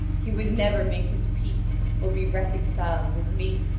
he would never make his peace or be reconciled with me.